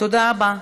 תודה רבה.